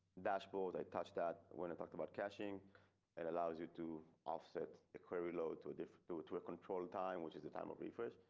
dashboard. i touched that when i talked about caching and allows you to offset the query load to do to a control time, which is the time of refresh.